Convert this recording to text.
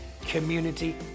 community